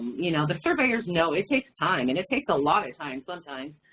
you know. the surveyors know it takes time, and it takes a lot of time sometimes,